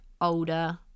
older